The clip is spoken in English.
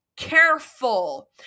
careful